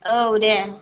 औ दे